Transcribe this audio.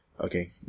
okay